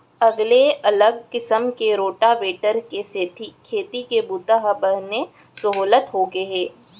अगले अलग किसम के रोटावेटर के सेती खेती के बूता हर बने सहोल्लत होगे हे